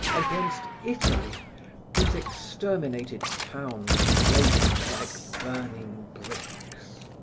against italy whose exterminated towns flamed like burning bricks.